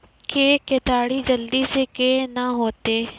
के केताड़ी जल्दी से के ना होते?